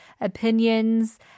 opinions